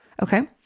Okay